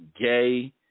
gay